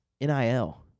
NIL